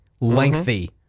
lengthy